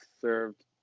served